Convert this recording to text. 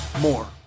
more